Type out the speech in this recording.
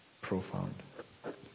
profound